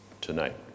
tonight